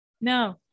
No